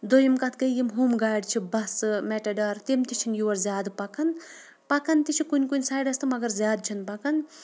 دۄیِم کَتھ گٔیے یِم ہُم گاڑِ چھِ بَسہٕ میٹَڈار تِم تہِ چھِنہٕ یور زیادٕ پَکَان پَکان تہِ چھِ کُنہِ کُنہِ سایڈَس تہٕ مگر زیادٕ چھِنہٕ پَکان